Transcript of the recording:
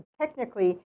technically